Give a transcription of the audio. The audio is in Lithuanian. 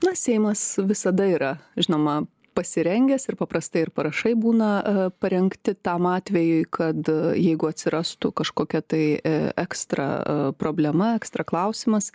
na seimas visada yra žinoma pasirengęs ir paprastai ir parašai būna parengti tam atvejui kad jeigu atsirastų kažkokia tai e ekstra problema ekstra klausimas